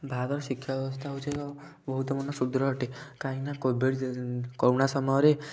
ଭାର ଶିକ୍ଷା ବ୍ୟବସ୍ଥା ହେଉଛି ଏକ ବହୁତ ମନ ସୁଦୃଢ଼ ଅଟେ କାହିଁକିନା କୋଭିଡ଼୍ କରୁଣା ସମୟରେ